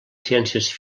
ciències